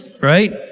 right